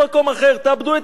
תאבדו את הערכים,